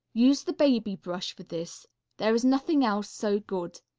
use the baby brush for this there is nothing else so good.